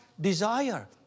desire